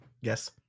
Yes